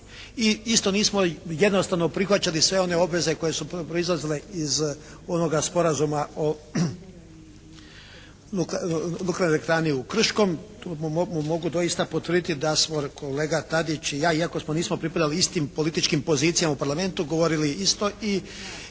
I isto nismo jednostavno prihvaćali sve one obveze koje su proizlazile iz onoga sporazuma o nuklearnoj elektrani u Krškom. Mogu doista potvrditi da smo kolega Tadić i ja, iako nismo pripadali istim političkim pozicijama u Parlamentu, govorili isto i